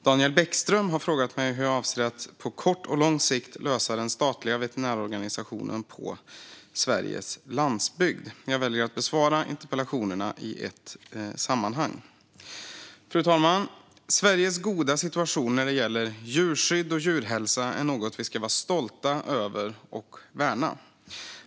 Daniel Bäckström har frågat mig hur jag avser att på kort och lång sikt lösa den statliga veterinärorganisationen på Sveriges landsbygd. Jag väljer att besvara interpellationerna i ett sammanhang. Fru talman! Sveriges goda situation när det gäller djurskydd och djurhälsa är något vi ska vara stolta över och värna.